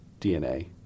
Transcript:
dna